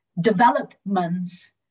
developments